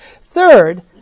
Third